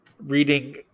reading